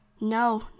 No